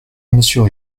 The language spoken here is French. monsieur